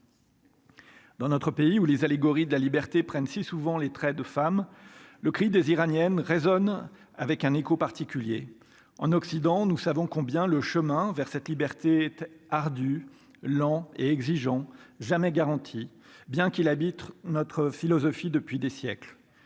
dans notre pays où les allégorie de la Liberté prennent si souvent les traits de femmes le cri des Iraniennes résonne avec un écho particulier en Occident, nous savons combien le chemin vers cette liberté ardue lent et exigeant jamais garanti, bien qu'il habite notre philosophie depuis des siècles,